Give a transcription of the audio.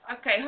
Okay